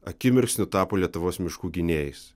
akimirksniu tapo lietuvos miškų gynėjais